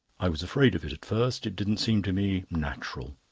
i was afraid of it at first. it didn't seem to me natural.